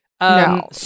No